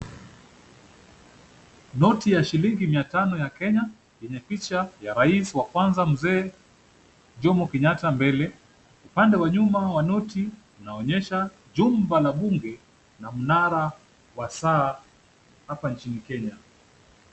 Noti ya shilingi mia tano ya Kenya yenye picha ya rais wa kwanza Mzee Jomo Kenyatta mbele. Upande wa nyuma wa noti unaonyesha jumba la bunge na mnara wa saa hapa nchini Kenya.